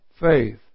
faith